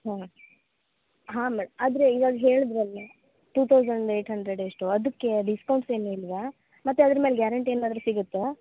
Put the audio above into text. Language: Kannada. ಹಾಂ ಹಾಂ ಮೇಡ ಆದರೆ ಇವಾಗ ಹೇಳಿದ್ರಲ್ಲ ಟು ತೌಸಂಡ್ ಏಟ್ ಹಂಡ್ರೆಡ್ ಎಷ್ಟೋ ಅದಕ್ಕೆ ಡಿಸ್ಕೌಂಟ್ಸ್ ಏನೂ ಇಲ್ವಾ ಮತ್ತು ಅದ್ರ ಮೇಲೆ ಗ್ಯಾರಂಟಿ ಏನಾದರು ಸಿಗುತ್ತಾ